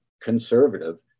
conservative